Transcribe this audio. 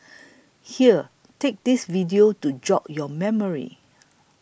here take this video to jog your memory